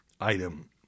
item